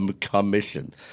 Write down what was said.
Commission